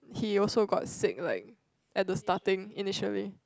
he also got sick like at the starting initially